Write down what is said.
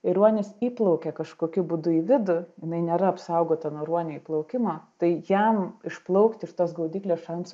ir ruonis įplaukia kažkokiu būdu į vidų jinai nėra apsaugota nuo ruonio įplaukimo tai jam išplaukt iš tos gaudyklės šansų